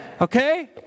Okay